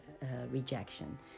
rejection